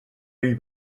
vol